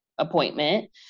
appointment